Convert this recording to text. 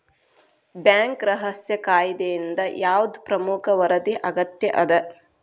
Bank ರಹಸ್ಯ ಕಾಯಿದೆಯಿಂದ ಯಾವ್ದ್ ಪ್ರಮುಖ ವರದಿ ಅಗತ್ಯ ಅದ?